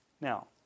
Now